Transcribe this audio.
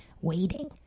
waiting